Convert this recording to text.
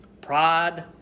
Pride